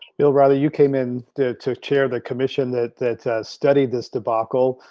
bill riley you came in to to chair the commission that that studied this debacle.